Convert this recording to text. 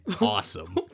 awesome